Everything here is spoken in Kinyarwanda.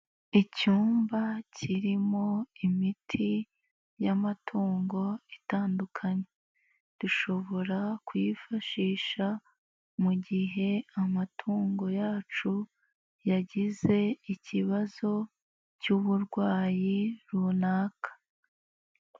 Icyumba kirimo imiti y'amatungo itandukanye. Dushobora kuyifashisha mu gihe amatungo yacu yagize ikibazo cy'uburwayi runaka.